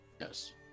Yes